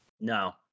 No